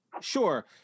sure